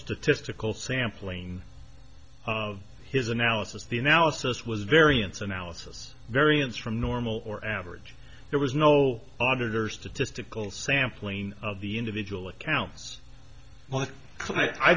statistical sampling of his analysis the analysis was variance analysis variance from normal or average there was no under their statistical sampling of the individual account